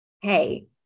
hey